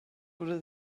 wurde